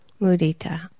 mudita